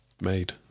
made